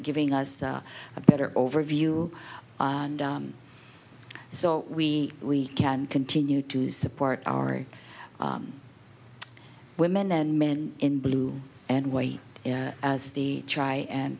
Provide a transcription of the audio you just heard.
giving us a better overview and so we we can continue to support our women and men in blue and white as the try and